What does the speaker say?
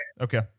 Okay